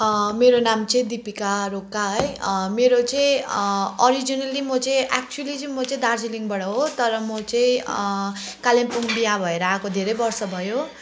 मेरो नाम चाहिँ दीपिका रोका है मेरो चाहिँ अरिजिनल्ली म चाहिँ एक्चुअली चाहिँ म चाहिँ दार्जिलिङबाट हो तर म चाहिँ कालिम्पोङ बिहा भएर आएको धेरै वर्ष भयो